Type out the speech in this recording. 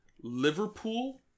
Liverpool